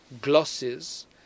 glosses